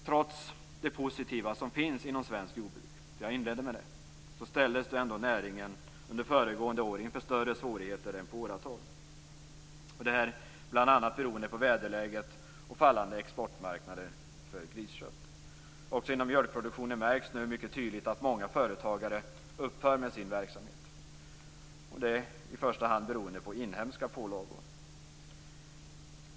Trots det positiva som finns inom svenskt jordbruk - jag inledde med det - ställdes ändå näringen under föregående år inför större svårigheter än på åratal. Det här berodde bl.a. på väderläget och fallande exportmarknader för griskött. Också inom mjölkproduktionen märks nu mycket tydligt att många företagare upphör med sin verksamhet, och det beror i första hand på inhemska pålagor.